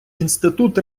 інститут